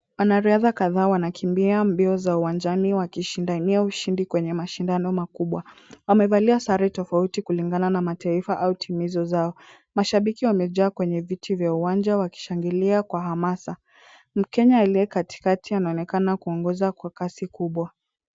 Wanariadha kadhaa wanakimbia mbio za uwanjani wakishindania ushindi kwenye mashindano makubwa. Wamevalia sare tofauti kulingana na mataifa au timu hizo zao. Mashabiki wamejaa kwenye viti vya uwanja wakishangilia kwa hamasa. Mkenya aliye katikati anaonekana kuongoza kwa kasi kubwa.